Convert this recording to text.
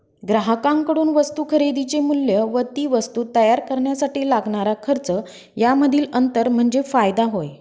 ग्राहकांकडून वस्तू खरेदीचे मूल्य व ती वस्तू तयार करण्यासाठी लागणारा खर्च यामधील अंतर म्हणजे फायदा होय